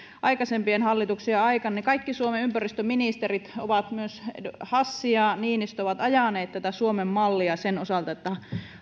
aikaisempien hallituksien aikana kaikki suomen ympäristöministerit myös hassi ja niinistö ovat ajaneet tätä suomen mallia sen osalta että